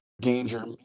danger